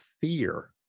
fear